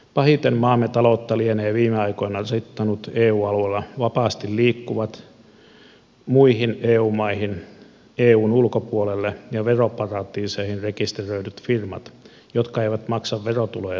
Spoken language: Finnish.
pahiten maamme taloutta lienevät viime aikoina rasittaneet eu alueella vapaasti liikkuvat muihin eu maihin eun ulkopuolelle ja veroparatiiseihin rekisteröidyt firmat jotka eivät maksa verotuloja suomeen